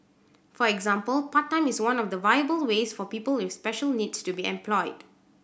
for example part time is one of the viable ways for people with special needs to be employed